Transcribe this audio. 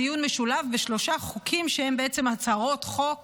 דיון משולב בשלושה חוקים, שהם בעצם הצהרות חוק